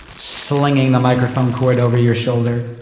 slinging the microphone cord over your shoulder.